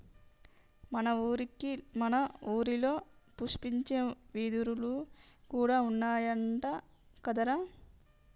మన ఊరిలో పుష్పించే వెదురులు కూడా ఉన్నాయంట కదరా